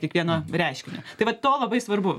kiekvieno reiškinio tai va to labai svarbu